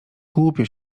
głupio